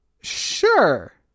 Sure